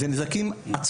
זה זנק עצום.